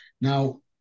Now